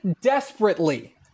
desperately